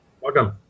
Welcome